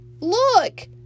Look